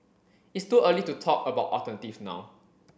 it's too early to talk about alternatives now